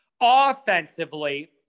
Offensively